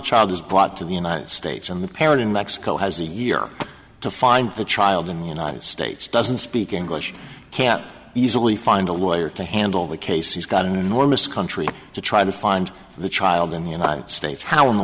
child is brought to the united states and the parent in mexico has a year to find the child in the united states doesn't speak english can easily find a lawyer to handle the case she's got enormous country to try to find the child in the united states how in the